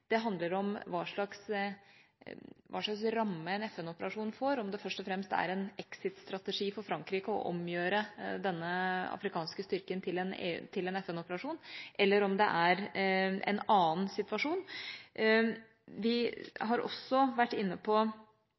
det handler om hva slags ramme en FN-operasjon får – om det først og fremst er en exit-strategi for Frankrike å omgjøre denne afrikanske styrken til en FN-operasjon, eller om det er en annen situasjon. Vi har også vært inne på